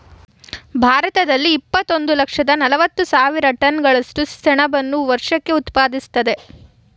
ಭಾರತದಲ್ಲಿ ಇಪ್ಪತ್ತೊಂದು ಲಕ್ಷದ ನಲವತ್ತು ಸಾವಿರ ಟನ್ಗಳಷ್ಟು ಸೆಣಬನ್ನು ವರ್ಷಕ್ಕೆ ಉತ್ಪಾದಿಸ್ತದೆ